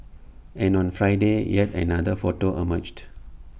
and on Friday yet another photo emerged